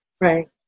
Right